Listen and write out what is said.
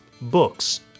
books